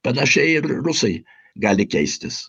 panašiai ir rusai gali keistis